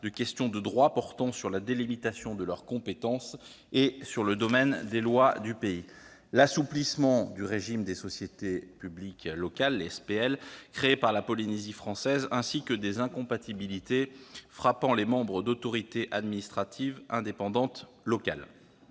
de questions de droit portant sur la délimitation de leurs compétences et sur le domaine des lois du pays, l'assouplissement du régime des sociétés publiques locales, les SPL, créées par la Polynésie française, ainsi que des incompatibilités frappant les membres d'autorités administratives indépendantes locales,